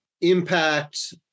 impact